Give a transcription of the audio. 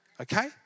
okay